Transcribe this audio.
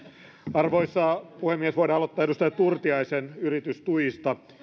arvoisa puhemies voidaan aloittaa edustaja turtiaisen yritystuista